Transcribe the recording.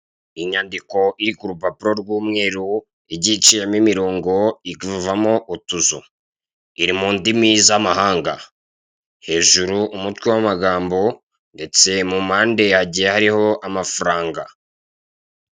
Inyandiko iri kurupapuro rw'umweru, igiye iciyemo imirongo ikuvamo utuzu. Iri mu ndimi z'amahanga hejuru umutwe w'amagambo ndetse mu mpande hagiye hariho amafaranga.